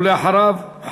ואחריו,